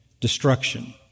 destruction